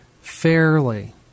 fairly